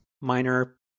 minor